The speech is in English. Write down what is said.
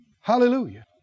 Hallelujah